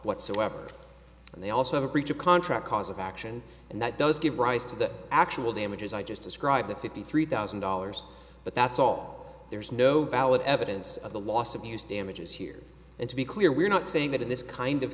whatsoever and they also have a breach of contract cause of action and that does give rise to the actual damages i just described the fifty three thousand dollars but that's all there's no valid evidence of the loss abuse damages here and to be clear we're not saying that in this kind of